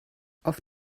auf